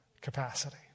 capacity